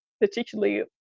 particularly